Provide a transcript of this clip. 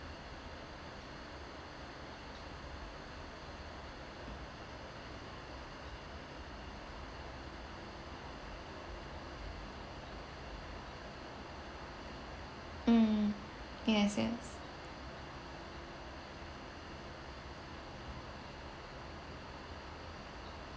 um yes yes